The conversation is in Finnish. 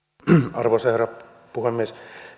arvoisa herra puhemies